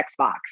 Xbox